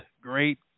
great